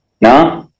no